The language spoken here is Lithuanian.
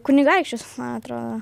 kunigaikščius man atrodo